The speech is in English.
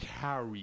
carry